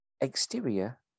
Exterior